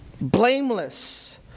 blameless